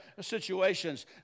situations